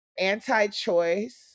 anti-choice